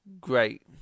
great